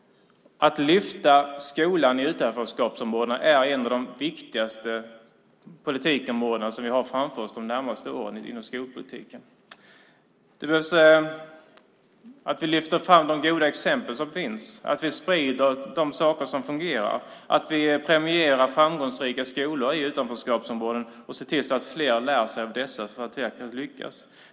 Att lyfta skolan i utanförskapsområdena är en av de viktigaste politiska åtgärderna som vi har framför oss de närmaste åren inom skolpolitiken. Det behövs att vi lyfter fram de goda exempel som finns, att vi sprider de saker som fungerar, att vi premierar framgångsrika skolor i utanförskapsområden och ser till så att fler lär sig av dessa så att de kan lyckas.